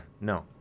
No